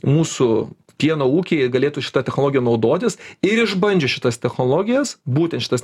mūsų pieno ūkyje galėtų šita technologija naudotis ir išbandžius šitas technologijas būtent šitas